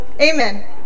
Amen